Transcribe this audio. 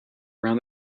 around